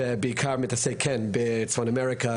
שבעיקר מתעסקת בצפון אמריקה,